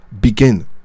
begin